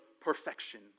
perfection